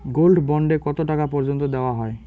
Gold bond এ কতো টাকা পর্যন্ত দেওয়া হয়?